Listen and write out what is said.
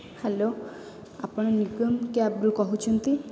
hello ଆପଣ Nigam cab ରୁ କହୁଛନ୍ତି